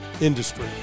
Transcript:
industry